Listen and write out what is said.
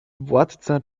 władca